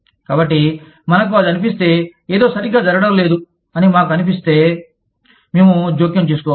కాబట్టి మనకు అది అనిపిస్తే ఏదో సరిగ్గా జరగడం లేదు అని మాకు అనేపిస్తే మేము జోక్యం చేసుకోవచ్చు